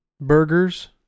burgers